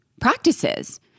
practices